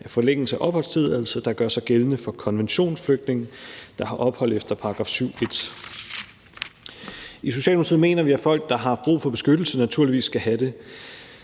forlængelse af opholdstilladelse, der altså gør sig gældende for konventionsflygtninge, der har ophold efter § 7, stk. 1. I Socialdemokratiet mener vi, at folk, der har brug for beskyttelse, naturligvis skal have det.